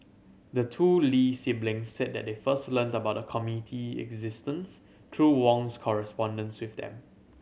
the two Lee siblings said that they first learned about the committee existence through Wong's correspondence with them